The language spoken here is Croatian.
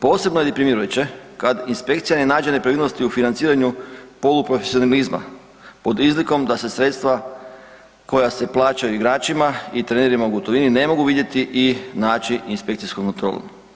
Posebno je deprimirajuće kad inspekcija ne nađe nepravilnosti u financiranju poluprofesionalizma pod izlikom da se sredstva koja se plaćaju igračima i trenerima u gotovini ne mogu vidjeti i naći inspekcijsku kontrolu.